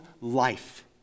life